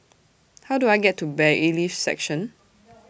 How Do I get to Bailiffs' Section